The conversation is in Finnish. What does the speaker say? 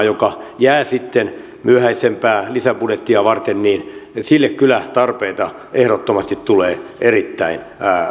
joka jää sitten myöhäisempää lisäbudjettia varten kyllä tarpeita ehdottomasti tulee erittäin